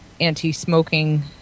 anti-smoking